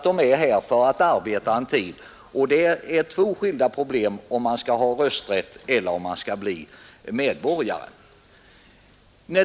Det är alltså två skilda frågor, om man skall få rösträtt eller om man skall få medborgarskap.